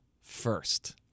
first